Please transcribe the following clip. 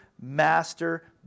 master